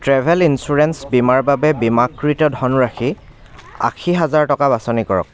travel insurance বীমাৰ বাবে বীমাকৃত ধনৰাশী আশী হেজাৰ টকা বাছনি কৰক